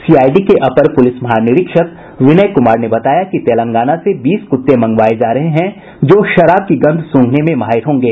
CID के अपर प्रलिस महानिरीक्षक विनय कुमार ने बताया कि तेलंगाना से बीस कुत्ते मंगवाये जा रहे हैं जो शराब की गंध सूंघने में माहिर होंगे